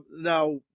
now